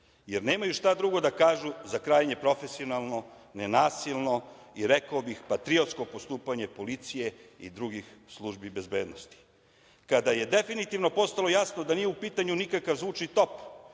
jer nemaju šta drugo da kažu za krajnje profesionalno, nenasilno i, rekao bih, patriotsko postupanje policije i drugih službi bezbednosti. Kada je definitivno postalo jasno da nije u pitanju nikakav zvučni top,